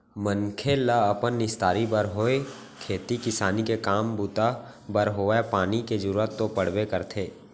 मनखे ल अपन निस्तारी बर होय खेती किसानी के काम बूता बर होवय पानी के जरुरत तो पड़बे करथे